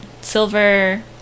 Silver